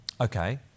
Okay